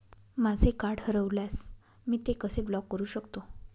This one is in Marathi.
माझे कार्ड हरवल्यास मी ते कसे ब्लॉक करु शकतो?